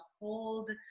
hold